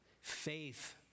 Faith